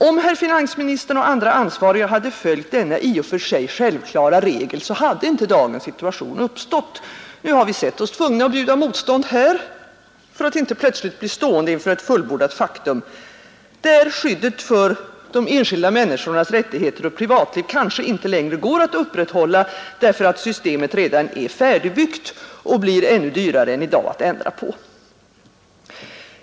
Hade finansministern och andra ansvariga följt denna i och för sig självklara regel, så hade dagens situation inte uppstått. Nu har vi sett oss tvungna att bjuda motstånd här för att inte plötsligt bli stående inför ett fullbordat faktum, där skyddet för de enskilda människornas rättigheter och privatliv kanske inte längre går att upprätthålla, därför att systemet redan är färdigbyggt och blir ännu dyrare än i dag att ändra på.